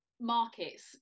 markets